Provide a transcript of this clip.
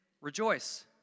Rejoice